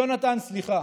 יונתן, סליחה.